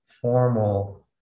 formal